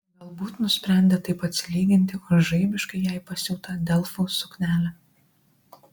galbūt nusprendė taip atsilyginti už žaibiškai jai pasiūtą delfų suknelę